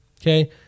Okay